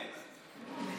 קורקונט.